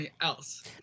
else